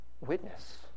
witness